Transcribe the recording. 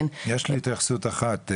אני רוצה להציע לך המשגה אחרת ולשחוק את המתח,